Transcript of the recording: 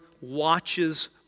watches